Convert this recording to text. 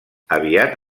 aviat